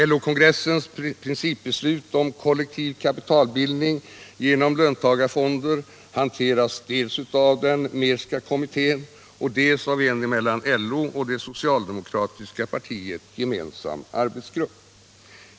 LO kongressens principbeslut om kollektiv kapitalbildning genom löntagarfonder hanteras dels av den Mehrska kommittén, dels av en för LO och det socialdemokratiska partiet gemensam arbetsgrupp.